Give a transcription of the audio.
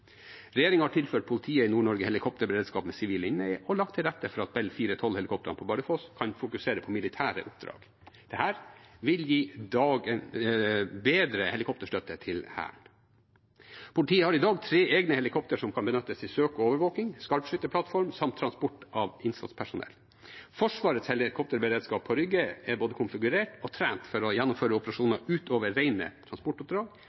har tilført politiet i Nord-Norge helikopterberedskap ved sivil innleie og lagt til rette for at Bell 412-helikoptrene på Bardufoss kan fokusere på militære oppdrag. Dette vil gi bedre helikopterstøtte til Hæren. Politiet har i dag tre egne helikoptre som kan benyttes til søk og overvåkning, skarpskytterplattform, samt transport av innsatspersonell. Forsvarets helikopterberedskap på Rygge er både konfigurert og trent for å gjennomføre operasjoner ut over rene transportoppdrag,